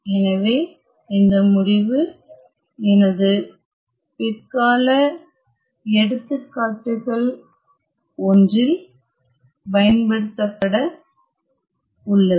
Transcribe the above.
எனவே இந்த முடிவு எனது பிற்கால எடுத்துக்காட்டுகள் ஒன்றில் பயன்படுத்தப்பட உள்ளது